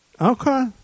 Okay